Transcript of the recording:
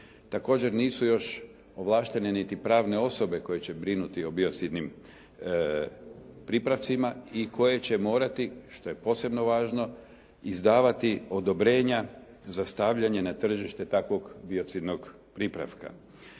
Također nisu još ovlaštene niti pravne osobe koje će brinuti o biocidnim pripravcima i koje će morati što je posebno važno izdavati odobrenja za stavljanje na tržište takvog biocidnog pripravka.